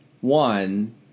One